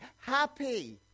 Happy